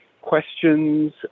questions